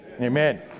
Amen